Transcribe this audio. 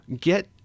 get